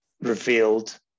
revealed